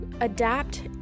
adapt